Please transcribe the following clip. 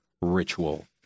Ritual